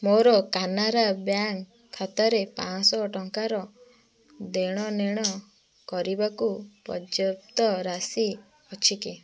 ମୋର କାନାରା ବ୍ୟାଙ୍କ୍ ଖାତାରେ ପାଁଶହ ଟଙ୍କାର ଦେଣନେଣ କରିବାକୁ ପର୍ଯ୍ୟାପ୍ତ ରାଶି ଅଛି କି